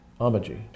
Amaji